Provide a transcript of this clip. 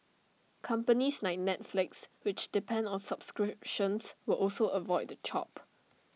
companies like Netflix which depend on subscriptions will also avoid the chop